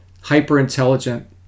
hyper-intelligent